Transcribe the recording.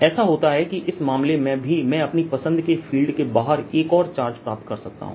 ऐसा होता है कि इस मामले में भी मैं अपनी पसंद के फील्ड के बाहर एक और चार्ज प्राप्त कर सकता हूं